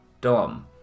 Dom